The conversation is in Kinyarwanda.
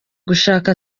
gushaka